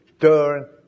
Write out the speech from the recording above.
turn